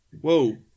whoa